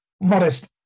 modest